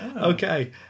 Okay